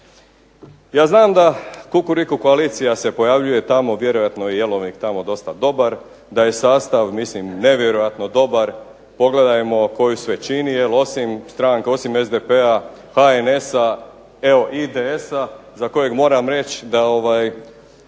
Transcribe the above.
Ja znam kukuriku koalicija se pojavljuje tamo, vjerojatno je i jelovnik tamo dosta dobar, da je sastav mislim nevjerojatno dobar, pogledajmo tko ju sve čini jer osim stranaka, osim SDP-a, HNS-a, IDS-a za kojeg moram reći da je